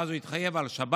ואז הוא התחייב על שבת,